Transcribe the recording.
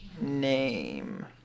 name